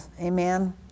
Amen